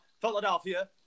Philadelphia